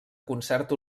concert